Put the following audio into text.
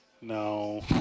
No